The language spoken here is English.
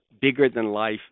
bigger-than-life